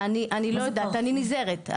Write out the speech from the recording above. אני לא יודעת, אני נזהרת.